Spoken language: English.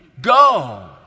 Go